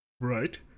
Right